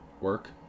work